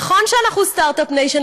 נכון שאנחנו start-up nation,